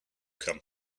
come